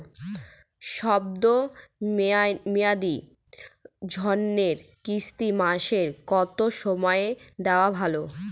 শব্দ মেয়াদি ঋণের কিস্তি মাসের কোন সময় দেওয়া ভালো?